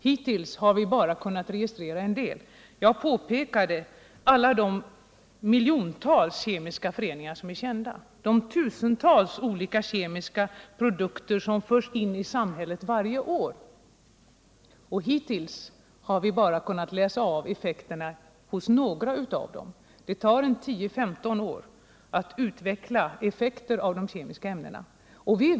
Hittills har vi bara kunnat registrera en liten del. Jag påpekade att miljontals kemiska föreningar är kända. Tusentals olika kemiska produkter förs in i samhället varje år. Hittills har vi bara kunnat läsa av effekterna hos några av dem. Det tar 10-15 år innan effekterna av de kemiska ämnena utvecklas.